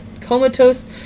comatose